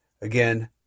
again